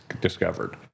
discovered